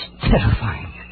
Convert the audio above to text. terrifying